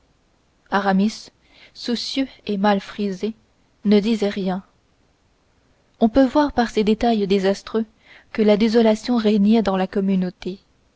aramis soucieux et mal frisé ne disait rien on peut voir par ces détails désastreux que la désolation régnait dans la communauté